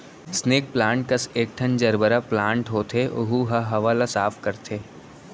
snake plant कस एकठन gerbera plant होथे ओहू ह हवा ल साफ करथे